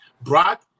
Brock